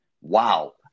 wow